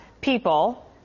people